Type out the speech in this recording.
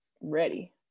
ready